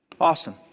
Awesome